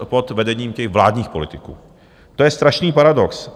Pod vedením vládních politiků, to je strašný paradox.